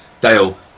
Dale